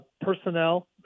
personnel